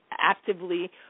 actively